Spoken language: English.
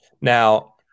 Now